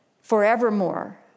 forevermore